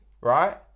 right